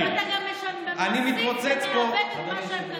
אתה גם מוסיף ומעוות את מה שהן כתבו.